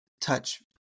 touch